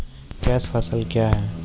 Cash फसल क्या हैं?